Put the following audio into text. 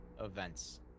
events